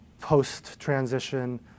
post-transition